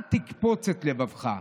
אל תקפוץ את לבבך,